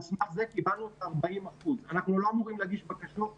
סמך זה קיבלנו את 40%. אנחנו לא אמורים להגיש בקשות נוספות.